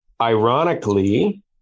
Ironically